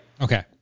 Okay